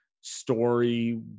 story